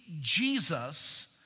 Jesus